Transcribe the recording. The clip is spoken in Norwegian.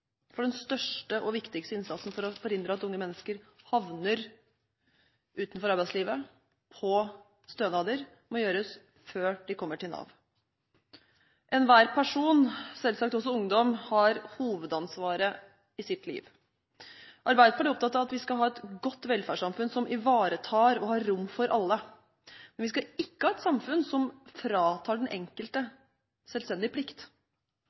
for den største og viktigste innsatsen for å forhindre at unge mennesker havner utenfor arbeidslivet og på stønader, må gjøres før de kommer til Nav. Enhver person, selvsagt også ungdom, har hovedansvaret for sitt liv. Arbeiderpartiet er opptatt av at vi skal ha et godt velferdssamfunn som ivaretar og har rom for alle. Men vi skal ikke ha et samfunn som fratar den enkelte selvstendig plikt.